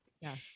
Yes